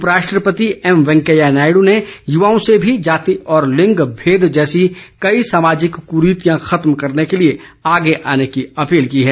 उप राष्ट्रपति एम वेंकैया नायडू ने युवाओं से भी जाति और लिंग भेद जैसी कई सामाजिक कुरीतियां खत्म करने के लिए आगे आने की अपील की है